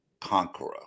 conqueror